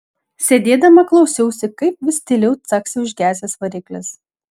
sėdėdama klausiausi kaip vis tyliau caksi užgesęs variklis